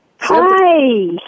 Hi